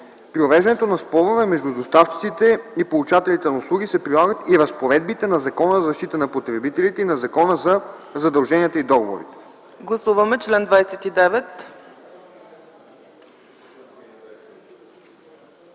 При уреждането на спорове между доставчиците и получателите на услуги се прилагат и разпоредбите на Закона за защита на потребителите и на Закона за задълженията и договорите.”